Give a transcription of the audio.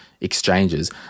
exchanges